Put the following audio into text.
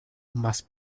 más